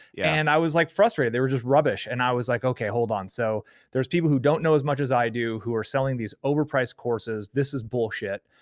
yeah and i was like frustrated. they were just rubbish, and i was like, okay, hold on. so there's people who don't know as much as i do who are selling these overpriced courses. this is bullshit,